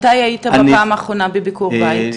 מתי היית בפעם האחרונה בביקור בית?